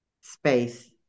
space